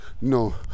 no